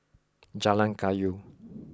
Jalan Kayu